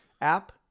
app